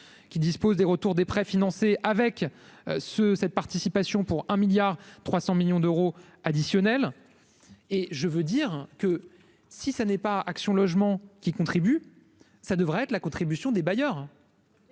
qui disposent des retours des prêts financés avec ce cette participation pour un milliard 300 millions d'euros additionnel et je veux dire que si ça n'est pas Action Logement qui contribue, ça devrait être la contribution des bailleurs.